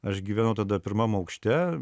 aš gyvenau tada pirmam aukšte